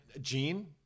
gene